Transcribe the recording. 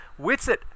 witsit